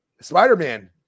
spider-man